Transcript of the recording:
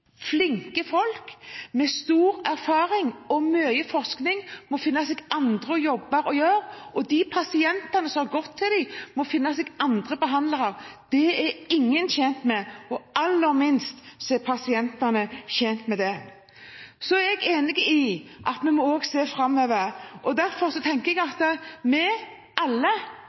flinke folk med mye erfaring, og som har gjort mye forskning, må finne seg andre jobber å gjøre, og at de pasientene som har gått til dem, må finne seg andre behandlere. Det er ingen tjent med, og aller minst pasientene. Så er jeg enig i at vi må også se framover. Derfor tenker jeg at vi alle